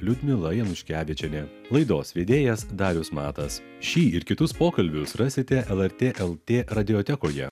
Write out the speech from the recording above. liudmila januškevičienė laidos vedėjas darius matas šį ir kitus pokalbius rasite lrt lt radiotekoje